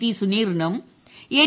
P സുനീറിനും N